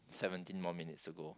seventeen more minutes to go